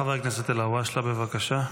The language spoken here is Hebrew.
חבר הכנסת אלהואשלה, בבקשה.